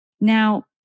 Now